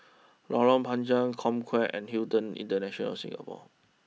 Lorong Panchar Comcare and Hilton International Singapore